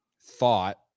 thought